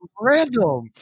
random